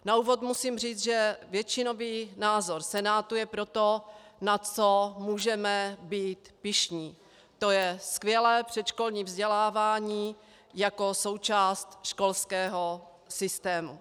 Na úvod musím říct, že většinový názor Senátu je pro to, na co můžeme být pyšní, to je skvělé předškolní vzdělávání jako součást školského systému.